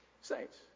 Saints